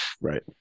right